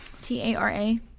T-A-R-A